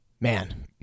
Man